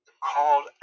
Called